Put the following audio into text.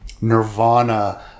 nirvana